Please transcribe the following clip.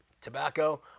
tobacco